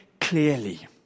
clearly